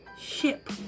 ship